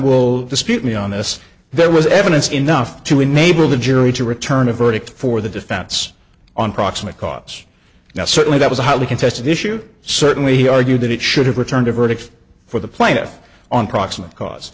will dispute me on this there was evidence enough to enable the jury to return a verdict for the defense on proximate cause now certainly that was a hotly contested issue certainly he argued that it should have returned a verdict for the plaintiff on proximate cause